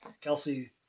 Kelsey